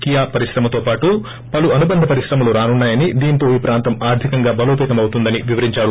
Kia పరిశ్రమతో పాటు పలు అనుబంధ పరిశ్రమలు రానున్నా యని దీంతో ఈ ప్రాంతం ఆర్లికంగా బలపేతం అవుతుందని వివరించారు